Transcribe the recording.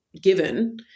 given